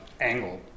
angle